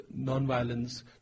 nonviolence